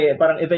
parang